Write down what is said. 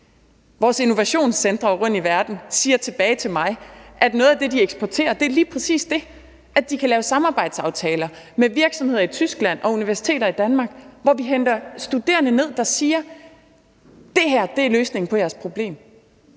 Vores innovationscentre rundtom i verden siger til mig, at noget af det, de eksporterer, lige præcis er det, at de kan lave samarbejdsaftaler mellem universiteter i Danmark og virksomheder i Tyskland, hvor vi henter studerende ned, der siger: Det her er løsningen på jeres problem.